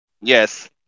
Yes